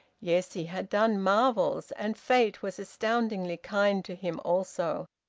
yes, he had done marvels and fate was astoundingly kind to him also.